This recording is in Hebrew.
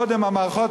קודם המערכות